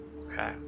Okay